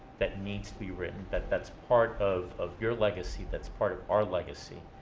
that needs to be written, that that's part of of your legacy, that's part of our legacy.